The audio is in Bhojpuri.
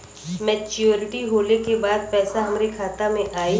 मैच्योरिटी होले के बाद पैसा हमरे खाता में आई?